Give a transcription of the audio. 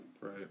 Right